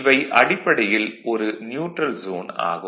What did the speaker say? இவை அடிப்படையில் ஒரு நியூட்ரல் ஜோன் ஆகும்